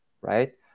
right